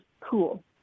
cool